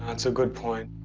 that's a good point.